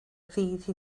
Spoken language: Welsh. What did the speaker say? ddydd